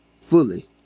fully